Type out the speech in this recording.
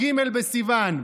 כ"ג בסיוון,